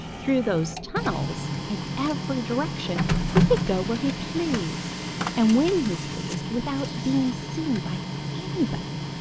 through those tunnels in every direction he could go where he pleased and when he pleased without being seen by anybody.